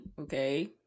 Okay